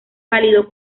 pálido